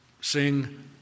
sing